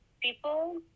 people